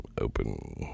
open